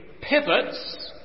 pivots